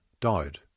died